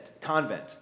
Convent